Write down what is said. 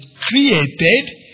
Created